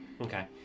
Okay